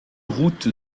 route